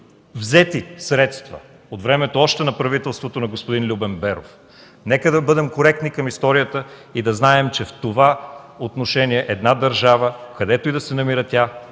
взети средства още от времето на господин Любен Беров. Нека да бъдем коректни към историята и да знаем, че в това отношение една държава, където и да се намира тя,